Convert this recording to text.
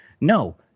No